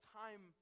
time